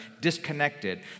disconnected